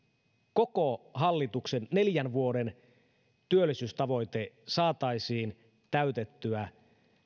koko hallituksen neljän vuoden työllisyystavoite saataisiin täytettyä